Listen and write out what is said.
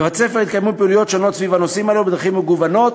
בבית-הספר יתקיימו פעילויות שונות סביב הנושאים האלה בדרכים מגוונות,